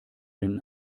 den